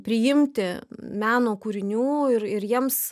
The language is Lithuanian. priimti meno kūrinių ir ir jiems